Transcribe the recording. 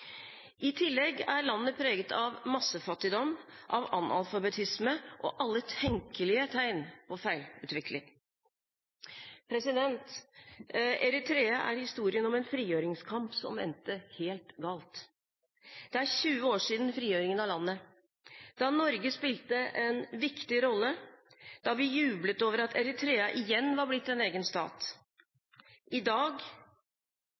I tillegg er landet preget av massefattigdom, analfabetisme og alle tenkelige tegn på feilutvikling. Eritrea er historien om en frigjøringskamp som endte helt galt. Det er 20 år siden frigjøringen av landet. Da spilte Norge en viktig rolle. Da jublet vi over at Eritrea igjen var blitt en egen stat. I dag